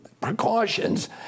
precautions